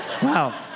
Wow